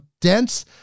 dense